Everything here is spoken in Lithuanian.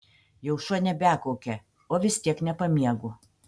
jau šuo nebekaukia o vis tiek nepamiegu